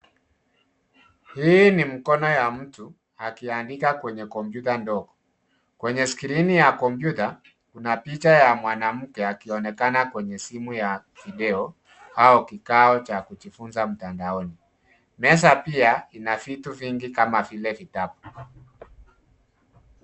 Hii ni mkono ya mtu akiandika kwenye kompyuta ndogo. Kwenye skirini ya kompyuta, kuna picha ya mwanamke akionekana kwenye simu ya video au kikao cha kujifunza mtandaoni. Meza pia ina vitu vingi, kama vile vitabu.